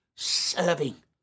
serving